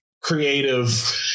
creative